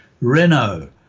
Renault